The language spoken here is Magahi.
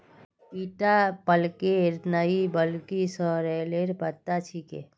ईटा पलकेर नइ बल्कि सॉरेलेर पत्ता छिके